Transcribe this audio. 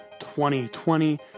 2020